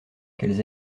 qu’elles